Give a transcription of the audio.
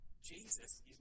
Jesus